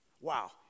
Wow